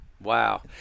Wow